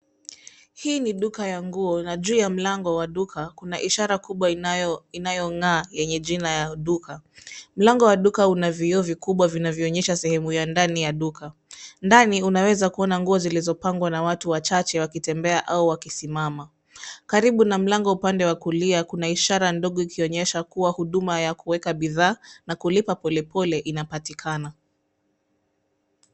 Hii ni duka ya nguo na juu ya mlango wa duka kuna ishara kubwa inayong'aa lenye jina ya duka. Mlango wa duka una vioo vikubwa vinavyoonyesha sehemu ya ndani ya duka. Ndani unaweza kuona nguo zilizopangwa na watu wachache wakitembea au wakisimama. Karibu na mlango upande wa kulia kuna ishara ndogo ikionyesha kuwa huduma ya kuweka bidhaa na kulipa polepole inapatikana.